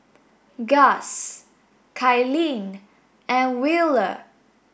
Guss Kylene and Wheeler